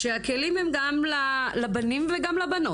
כשהכלים הם גם לבנים וגם לבנות.